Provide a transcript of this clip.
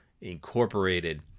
Incorporated